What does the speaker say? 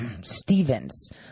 Stevens